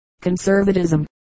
Conservatism